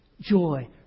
joy